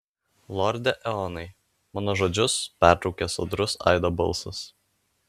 lorde eonai mano žodžius pertraukė sodrus aido balsas